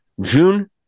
June